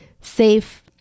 safe